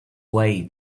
way